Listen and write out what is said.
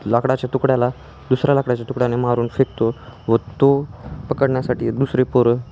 लाकडाच्या तुकड्याला दुसऱ्या लाकडाच्या तुकड्याने मारून फेकतो व तो पकडण्यासाठी दुसरे पोरं